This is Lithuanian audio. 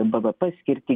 bvp skirti gynybai